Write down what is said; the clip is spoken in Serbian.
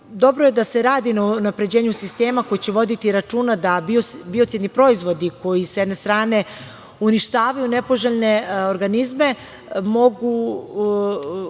EU.Dobro je da se radi na unapređenju sistema koji će voditi računa da biocidni proizvodi koji sa jedne strane uništavaju nepoželjne organizme,